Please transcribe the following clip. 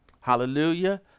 hallelujah